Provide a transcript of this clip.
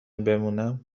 بمونم